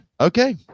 Okay